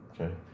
Okay